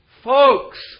Folks